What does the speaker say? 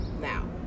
now